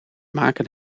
maken